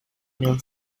mill